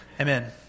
Amen